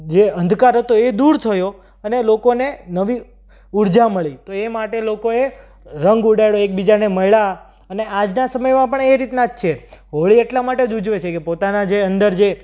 જે અંધકાર હતો એ દૂર થયો અને લોકોને નવી ઉર્જા મળી એ માટે લોકોએ રંગ ઉડાડ્યો એકબીજાને મળ્યા અને આજના સમયમાં પણ એ રીતના જ છે હોળી એટલા માટે જ ઉજવે છે કે પોતાના જે અંદર જે